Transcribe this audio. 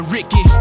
Ricky